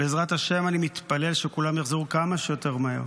בעזרת השם, אני מתפלל שכולם יחזרו כמה שיותר מהר,